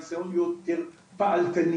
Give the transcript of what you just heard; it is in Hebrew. ניסיון להיות יותר פעלתני.